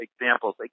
examples